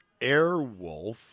Airwolf